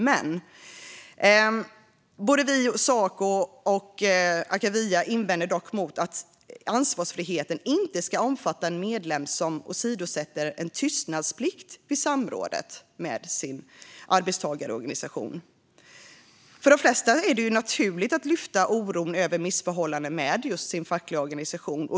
Men såväl vi som Saco och Akavia invänder mot att ansvarsfriheten inte ska omfatta en medlem som åsidosätter en tystnadsplikt vid samrådet med sin arbetstagarorganisation. För de flesta är det naturligt att lufta oron över missförhållanden med just sin fackliga organisation.